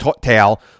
tale